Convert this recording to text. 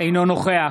אינו נוכח